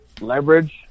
leverage